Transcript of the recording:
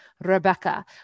Rebecca